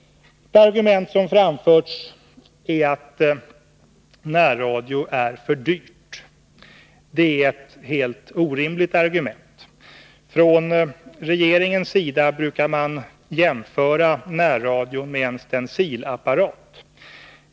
Ett argument som anförts är att närradio är för dyrt. Det är ett helt orimligt argument. Från regeringens sida brukar man jämföra närradion med en stencilapparat.